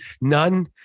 None